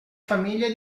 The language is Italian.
famiglie